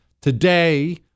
Today